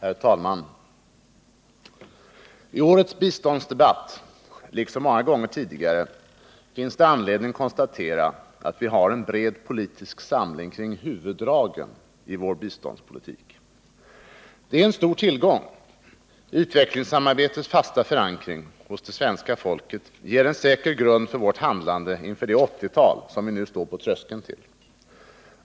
Herr talman! I årets biståndsdebatt — liksom många gånger tidigare — finns det anledning konstatera att vi har en bred politisk samling kring huvuddragen i vår biståndspolitik. Detta är en stor tillgång. Utvecklingssamarbetets fasta förankring hos det svenska folket ger en säker grund för vårt handlande under det 80-tal som vi nu står på tröskeln till.